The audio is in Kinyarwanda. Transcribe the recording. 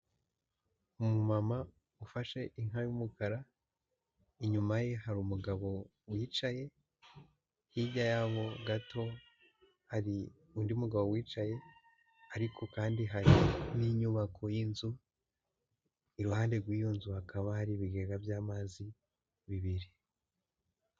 Umumama ufashe inka y'umukara, inyuma ye hari umugabo wicaye, hirya yabo gato hari undi mugabo wicaye ariko kandi hari n'inyubako y'inzu, iruhande rw'iyo nzu hakaba hari ibigega by'amazi bibiri.